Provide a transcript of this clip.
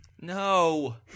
no